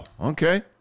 okay